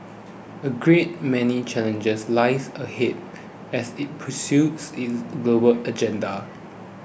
a great many challenges lie ahead as it pursues its global agenda